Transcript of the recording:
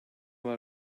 var